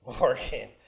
working